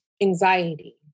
anxiety